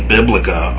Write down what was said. Biblica